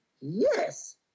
yes